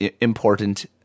important